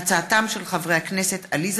חבילות דואר.